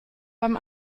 beim